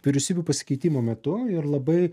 vyriausybių pasikeitimo metu ir labai